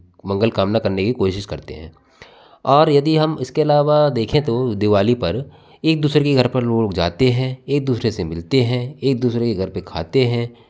मंगल कामना करने की कोशिश करते है और यदि हम इसके अलावा देखे तो दिवाली पर एक दूसरे की घर पर लोग जाते है एक दूसरे से मिलते है एक दूसरे के घर पे खाते है